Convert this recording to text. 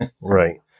Right